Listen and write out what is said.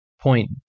point